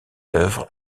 œuvres